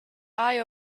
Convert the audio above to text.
eye